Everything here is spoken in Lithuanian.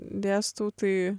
dėstau tai